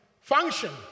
function